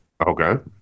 Okay